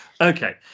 okay